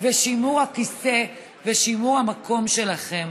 ושימור הכיסא ושימור המקום שלכם.